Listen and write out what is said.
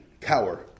cower